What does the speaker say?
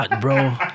bro